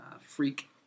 freak